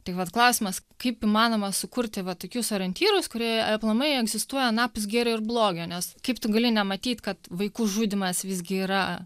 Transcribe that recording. tai vat klausimas kaip įmanoma sukurti va tokius orientyrus kurie aplamai egzistuoja anapus gėrio ir blogio nes kaip tu gali nematyt kad vaikų žudymas visgi yra